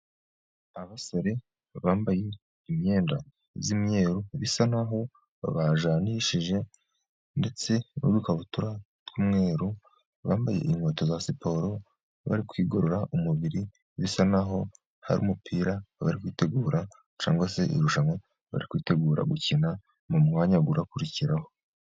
Abasore bambaye imyenda z'imyeru bisa naho bajyanishije, ndetse n'uwikabutura y'umweru. Bambaye inkweto za siporo bari kwigorora umubiri, bisa naho hari umupira bari kwitegura, cyangwa se irushanwa bari kwitegura gukina mu mwanya urakurikiraho.